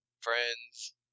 Friends